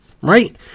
right